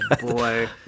boy